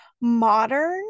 modern